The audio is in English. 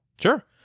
Sure